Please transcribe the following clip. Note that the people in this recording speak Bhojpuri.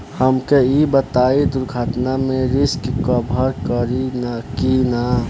हमके ई बताईं दुर्घटना में रिस्क कभर करी कि ना?